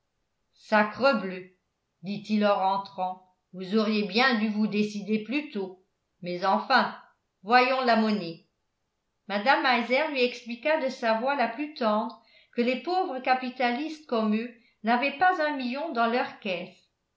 sacrebleu dit-il en rentrant vous auriez bien dû vous décider plus tôt mais enfin voyons la monnaie mme meiser lui expliqua de sa voix la plus tendre que les pauvres capitalistes comme eux n'avaient pas un million dans leur caisse